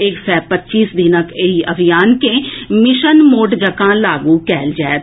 एक सय पच्चीस दिनक एहि अभियान के मिशन मोड जकाँ लागू कएल जाएत